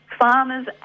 farmers